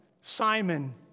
Simon